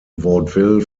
vaudeville